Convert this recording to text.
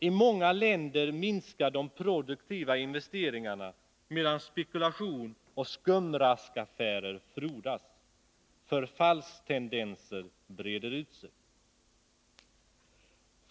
I många länder minskar de produktiva investeringarna, medan spekulation och skumraskaffärer frodas. Förfallstendenser breder ut sig.